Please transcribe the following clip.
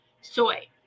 soy